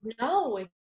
No